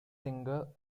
single